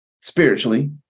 spiritually